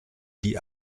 die